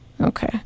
Okay